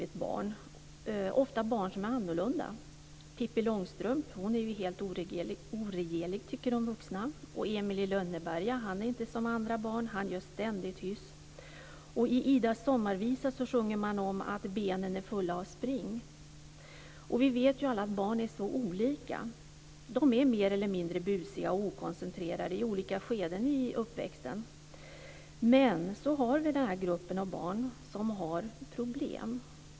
Det handlar ofta om barn som är annorlunda. Pippi Långstrump är helt oregerlig, tycker de vuxna. Emil i Lönneberga är inte som andra barn; han gör ständigt hyss. I Idas sommarvisa sjunger man om att benen är fulla av spring. Vi vet ju alla att barn är olika. De är mer eller mindre busiga och okoncentrerade i olika skeden av uppväxten. Men det finns en grupp barn som har problem.